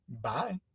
Bye